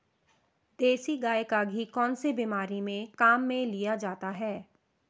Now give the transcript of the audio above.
देसी गाय का घी कौनसी बीमारी में काम में लिया जाता है?